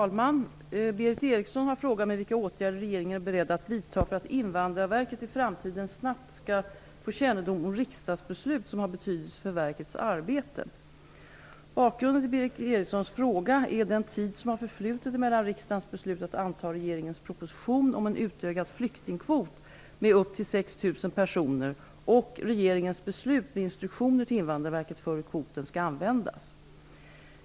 Fru talman! Berith Eriksson har frågat mig vilka åtgärder regeringen är beredd att vidta för att Invandrarverket i framtiden snabbt skall få kännedom om riksdagsbeslut som har betydelse för verkets arbete. Bakgrunden till Berith Erikssons fråga är den tid som förflutit mellan riksdagens beslut att anta regeringens proposition om en utökad flyktingkvot med upp till 6 000 personer och regeringens beslut med instruktioner till Invandrarverket för hur kvoten skall användas.